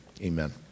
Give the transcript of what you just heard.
Amen